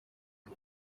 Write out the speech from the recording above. aho